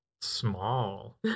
small